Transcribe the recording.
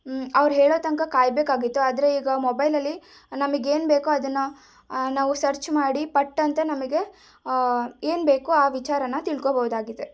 ಅವರು ಹೇಳೋ ತನಕ ಕಾಯಬೇಕಾಗಿತ್ತು ಆದರೆ ಈಗ ಮೊಬೈಲಲ್ಲಿ ನಮಗೇನ್ಬೇಕೋ ಅದನ್ನು ನಾವು ಸರ್ಚ್ ಮಾಡಿ ಪಟ್ ಅಂತ ನಮಗೆ ಏನು ಬೇಕೋ ಆ ವಿಚಾರಾನ ತಿಳ್ಕೋಬೋದಾಗಿದೆ